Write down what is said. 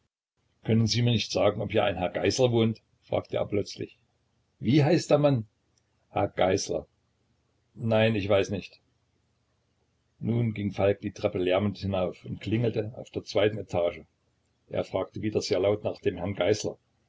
können sie mir nicht sagen ob hier ein herr geißler wohnt fragte er plötzlich wie heißt der mann herr geißler nein ich weiß nicht nun ging falk die treppen lärmend hinauf und klingelte auf der zweiten etage fragte wieder sehr laut nach dem herrn geißler